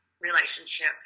relationship